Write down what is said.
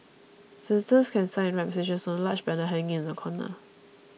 visitors can sign and write messages on a large banner hanging in the corner